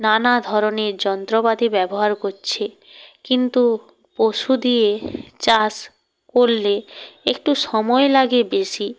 নানা ধরনের যন্ত্রপাতি ব্যবহার করছে কিন্তু পশু দিয়ে চাষ করলে একটু সময় লাগে বেশি